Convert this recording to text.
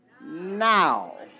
now